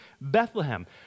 Bethlehem